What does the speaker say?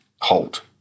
halt